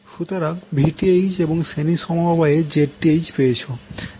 সুতরাং VTh এবং শ্রেণী সমবায়ে ZTh পেয়েছো